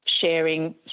sharing